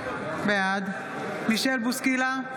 בעד מישל בוסקילה,